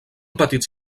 petits